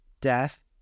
death